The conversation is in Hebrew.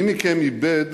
מי מכם איבד